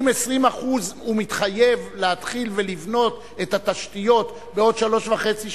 כי אם הוא מתחייב לבנות 20% מהתשתיות בעוד שלוש שנים וחצי,